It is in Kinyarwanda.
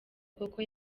koko